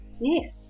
Yes